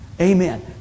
Amen